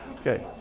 Okay